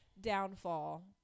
downfall